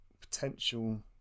potential